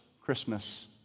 Christmas